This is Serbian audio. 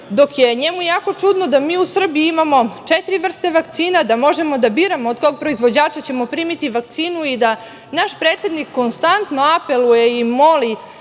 dok je njemu jako čudno da mi u Srbiji imamo četiri vrste vakcina, da možemo da biramo od kog proizvođača ćemo dobiti vakcinu i da naš predsednik konstantno apeluje i moli